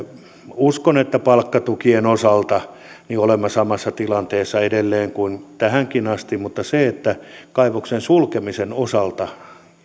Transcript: uskon että palkkatukien osalta olemme samassa tilanteessa edelleen kuin tähänkin asti mutta kaivoksen sulkemisen osalta